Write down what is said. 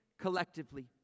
collectively